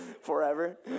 forever